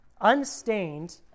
unstained